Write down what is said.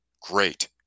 great